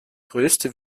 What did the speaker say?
größte